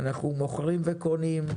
אנחנו מוכרים וקונים,